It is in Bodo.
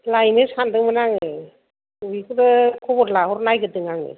लायनो सान्दोंमोन आङो बेखौनो खबर लाहरनायदों आङो